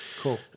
Cool